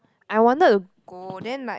I wanted to go then like